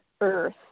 earth